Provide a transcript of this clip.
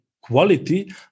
Quality